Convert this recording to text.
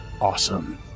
Awesome